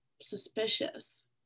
suspicious